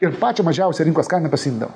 ir pačią mažiausią rinkos kainą pasideda